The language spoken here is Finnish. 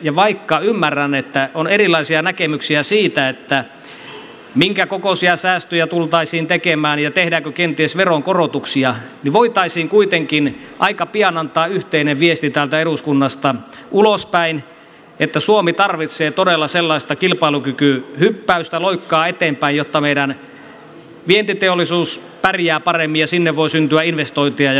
ja vaikka ymmärrän että on erilaisia näkemyksiä siitä minkä kokoisia säästöjä tultaisiin tekemään ja tehdäänkö kenties veronkorotuksia niin voitaisiin kuitenkin aika pian antaa yhteinen viesti täältä eduskunnasta ulospäin että suomi tarvitsee todella sellaista kilpailukykyhyppäystä loikkaa eteenpäin jotta meidän vientiteollisuutemme pärjää paremmin ja sinne voi syntyä investointeja ja työpaikkoja